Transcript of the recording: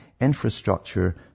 infrastructure